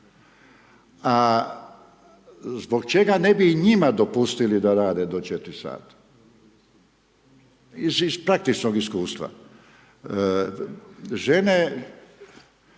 A zbog čega ne bi i njima dopustili da rade do 4 sata? Iz praktičnog iskustva, žene